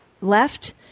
left